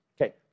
Okay